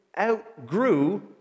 outgrew